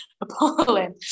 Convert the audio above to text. appalling